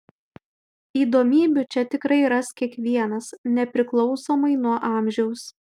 įdomybių čia tikrai ras kiekvienas nepriklausomai nuo amžiaus